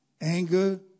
anger